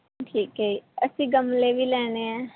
ਠੀਕ ਹੈ ਅਸੀਂ ਗਮਲੇ ਵੀ ਲੈਣੇ ਹੈ